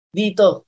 dito